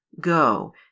Go